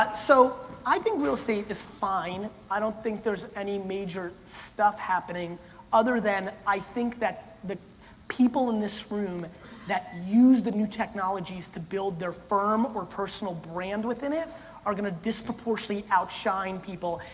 but so i think real estate is fine, i don't think there's any major stuff happening other than i think that the people in this room that use the new technologies to build their firm or personal brand within it are going to disproportionately outshine people.